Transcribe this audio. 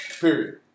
Period